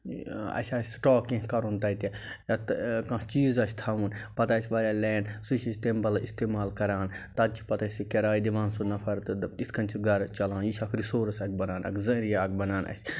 اَسہِ آسہِ سِٹاک کینٛہہ کَرُن تَتہِ تہٕ کانٛہہ چیٖز آسہِ تھاوُن پتہٕ آسہِ واریاہ لینٛڈ سُہ چھِ أسۍ تَمہِ بدلہٕ استعمال کَران تَتھ چھِ پتہٕ اَسہِ سُہ کِراے دِوان سُہ نَفر تہٕ تہٕ یِتھ کَنۍ چھُ گرٕ چَلان یہِ چھُ اَکھ رِسورٕس اَکھ بَنان اَکھ ذٔریعہٕ اَکھ بَنان اَسہِ